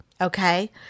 Okay